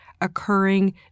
occurring